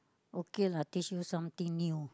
okay lah teach you something new